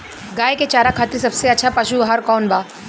गाय के चारा खातिर सबसे अच्छा पशु आहार कौन बा?